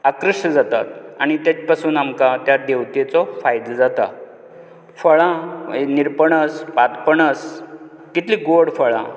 आकृश्ट जातात आनी तेत पासून आमकां त्या देवतेचो फायदो जाता फळां निरपणस पातपणस कितलें गोड फळां